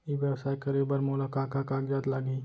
ई व्यवसाय करे बर मोला का का कागजात लागही?